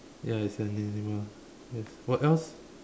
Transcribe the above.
ya it's an animal yes what else